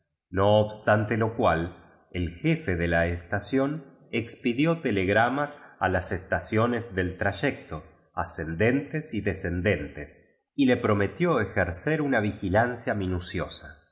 no obstante lo cual el jefe de la estación expidió telegramas a las estaciones del tra yecto ascendentes y descendentes y le pro metió ejercer uiiu vigilancia minuciosa en